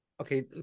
Okay